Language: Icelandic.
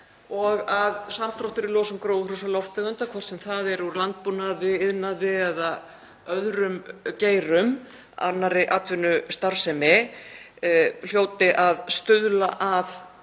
og að samdráttur í losun gróðurhúsalofttegunda, hvort sem það er úr landbúnaði, iðnaði eða öðrum geirum, annarri atvinnustarfsemi, hljóti að stuðla að